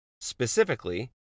specifically